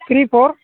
three four